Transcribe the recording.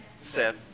Seth